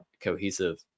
Cohesive